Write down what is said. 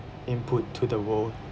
input to the world